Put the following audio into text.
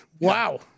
Wow